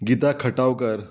Gita Khatavkar